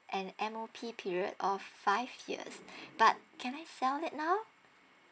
and M_O_P period of five years but can I sell it now